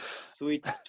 Sweet